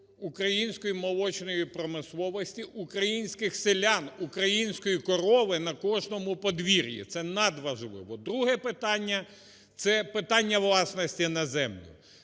української молочної промисловості, українських селян, української корови на кожному подвір'ї. Це надважливо. Друге питання - це питання власності на землю.